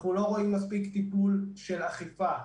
אנחנו לא רואים מספיק טיפול של אכיפה.